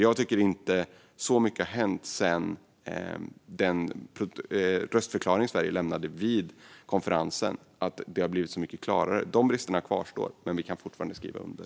Jag tycker inte att det har hänt så mycket sedan den röstförklaring Sverige lämnade vid konferensen eller att det har blivit så mycket klarare. De bristerna kvarstår, men vi kan fortfarande skriva under.